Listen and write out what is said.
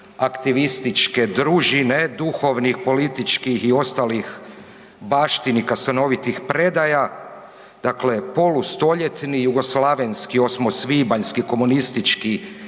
aktivističke družine duhovnih političkih i ostalih baštinika stanovitih predaja, dakle polustoljetni jugoslavenski osmosvibanjski komunistički